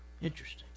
interesting